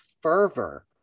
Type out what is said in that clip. fervor